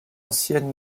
ancienne